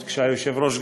היושב-ראש,